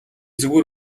зүгээр